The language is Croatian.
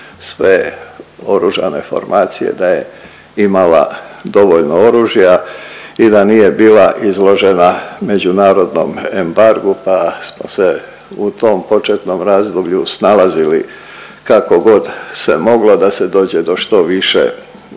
sve oružane formacije da je imala dovoljno oružja i da nije bila izložena međunarodnom embargu, pa smo se u tom početnom razdoblju snalazili kako god se moglo da se dođe do što više oružja,